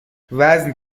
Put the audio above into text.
وزن